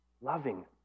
Loving